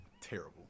Terrible